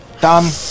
done